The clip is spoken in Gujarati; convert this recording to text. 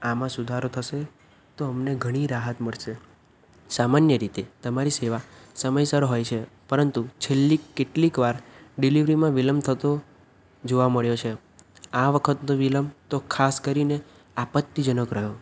આમાં સુધારો થશે તો અમને ઘણી રાહત મળશે સામન્ય રીતે તમારી સેવા સમયસર હોય છે પરંતુ છેલ્લી કેટલીકવાર ડિલિવરીમાં વિલંબ થતો જોવા મળ્યો છે આ વખતનો વિલંબ તો ખાસ કરીને આપત્તિજનક રહ્યો